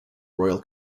royal